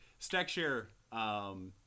StackShare